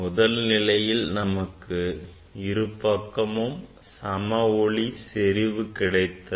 முதல் நிலையில் நமக்கு இருபக்கமும் சம ஒளி செறிவு கிடைத்தது